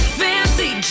fancy